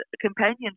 companionship